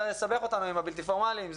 לסבך אותם עם הבלתי פורמאלי.